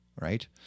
right